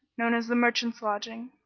known as the merchants' lodging.